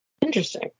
interesting